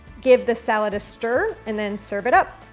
give the salad a stir and then serve it up.